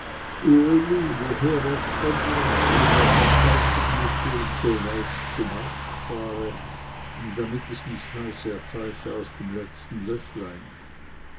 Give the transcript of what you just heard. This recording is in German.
woher er komme warum er verkaufen müsse und so weit zu markte fahre damit es nicht heiße er pfeife auf dem letzten löchlein